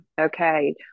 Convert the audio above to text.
Okay